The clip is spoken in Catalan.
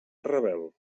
rebel